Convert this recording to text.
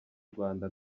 rwanda